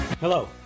Hello